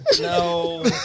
No